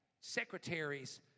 secretaries